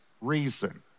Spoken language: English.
reason